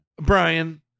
Brian